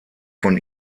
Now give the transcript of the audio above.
von